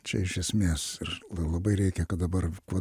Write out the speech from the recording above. čia iš esmės ir labai reikia kad dabar vat